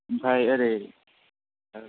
ओमफ्राय एरै